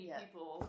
people